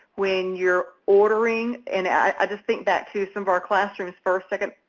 when you're ordering and i just think back to some of our classrooms. first, second,